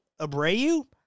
Abreu